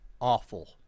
awful